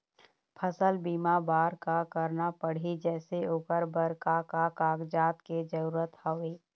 फसल बीमा बार का करना पड़ही जैसे ओकर बर का का कागजात के जरूरत हवे?